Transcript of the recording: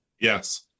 Yes